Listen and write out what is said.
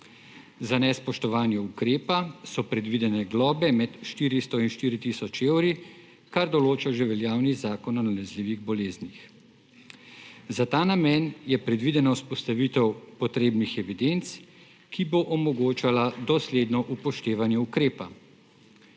Za nespoštovanje ukrepa so predvidene globe med 400 in 4 tisoč evri, kar določa že veljavni Zakon o nalezljivih boleznih. Za ta namen je predvidena vzpostavitev potrebnih evidenc, ki bo omogočala dosledno upoštevanje ukrepa.